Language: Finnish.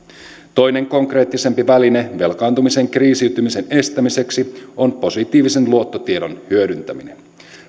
toinen konkreettisempi väline velkaantumisen kriisiytymisen estämiseksi on positiivisen luottotiedon hyödyntäminen